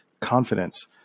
confidence